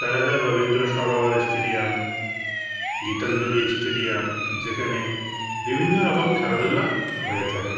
এছাড়া Rabindra Sarobar stadium Gitanjali stadium যেখানে বিভিন্ন রকম খেলাধুলা হয়ে থাকে